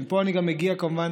מפה אני גם מגיע להצעה,